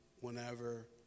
whenever